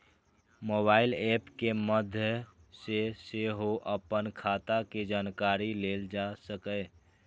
mobile app के माध्य सं सेहो अपन खाता के जानकारी लेल जा सकैए